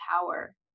power